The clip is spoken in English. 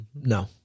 No